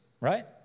right